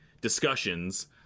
discussions